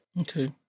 Okay